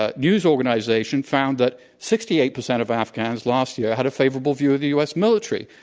ah news organization, found that sixty eight percent of afghans last year had a favorable view of the u. s. military.